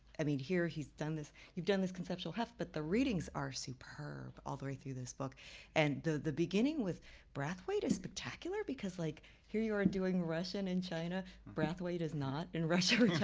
i mean here he's done this you've done this conceptual heft, but the readings are superb all the way through this book and the the beginning with brathwaite is spectacular because like here you are doing russian and china. brathwaite is not in russia or china,